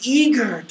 eager